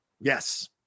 yes